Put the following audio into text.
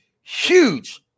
huge